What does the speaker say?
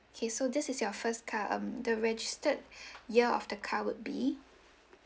okay so this is your first car um the registered year of the car would be